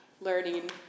learning